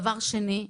דבר שני,